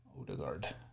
Odegaard